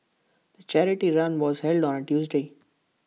the charity run was held on Tuesday